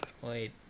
Wait